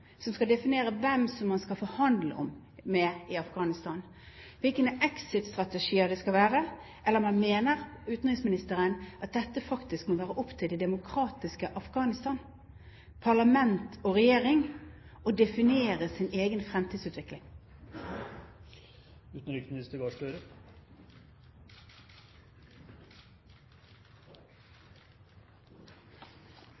som skal definere hvem man skal forhandle med i Afghanistan, og hvilke exit-strategier det skal være? Eller mener utenriksministeren at det faktisk må være opp til det demokratiske Afghanistan, parlament og regjering, å definere sin egen